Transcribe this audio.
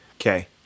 Okay